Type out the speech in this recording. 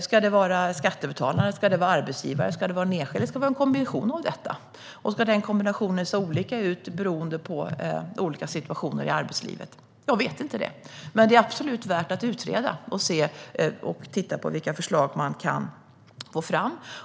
Ska det vara skattebetalarna, arbetsgivarna, den enskilde eller en kombination? Ska kombinationen se olika ut beroende på olika situationer i arbetslivet? Jag vet inte detta, men det är absolut värt att utreda frågan och titta på vilka förslag man kan få fram.